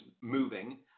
moving